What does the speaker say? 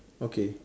okay